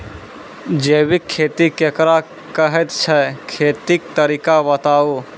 जैबिक खेती केकरा कहैत छै, खेतीक तरीका बताऊ?